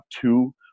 two